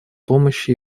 помощи